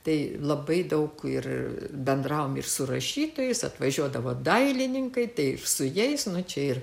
tai labai daug ir bendravom ir su rašytojais atvažiuodavo dailininkai tai ir su jais nu čia ir